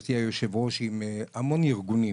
גברתי היושבת-ראש, עם המון ארגונים